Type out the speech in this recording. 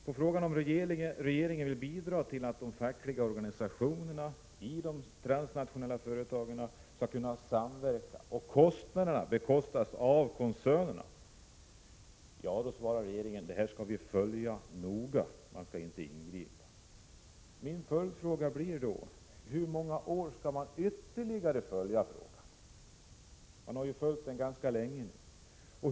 På frågan om regeringen vill bidra till att de fackliga organisationerna i de transnationella företagen skall kunna samverka och kostnaderna betalas av koncernerna svarar regeringen att man skall följa detta noga. Man skall således inte ingripa. Min följdfråga blir då hur många år man ytterligare skall följa frågan. Man har följt den ganska länge nu.